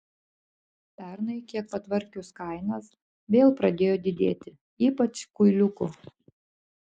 pernai kiek patvarkius kainas vėl pradėjo didėti ypač kuiliukų